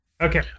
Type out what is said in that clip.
Okay